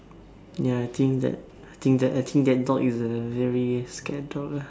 ya I think that I think that actually that dog is a very scared dog lah